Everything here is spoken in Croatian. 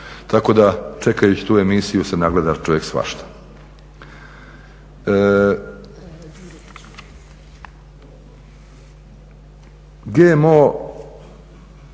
Tako da čekajući tu emisiju se nagleda čovjek svašta. GMO